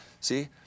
see